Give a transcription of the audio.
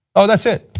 ah that's it,